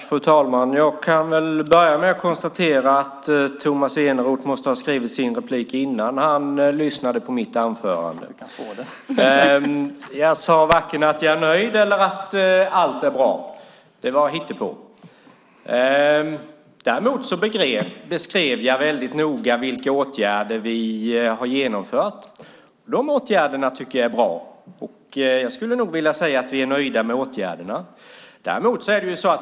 Fru talman! Jag kan börja med att konstatera att Tomas Eneroth måste ha skrivit sin replik innan han lyssnade på mitt anförande. : Du kan få den!) Jag sade varken att jag är nöjd eller att allt är bra. Det var hittepå. Däremot beskrev jag noga vilka åtgärder vi har genomfört. De åtgärderna tycker jag är bra. Jag skulle vilja säga att vi är nöjda med åtgärderna.